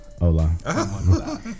Hola